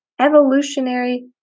Evolutionary